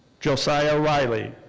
josiah riley.